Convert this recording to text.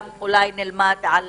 גם אולי נלמד על